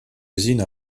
usine